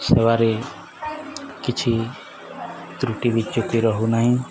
ସେବାରେ କିଛି ତ୍ରୁଟି ବିଚ୍ୟୁତି ରହୁନାହିଁ